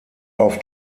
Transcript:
auf